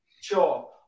Sure